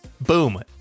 Boom